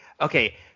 Okay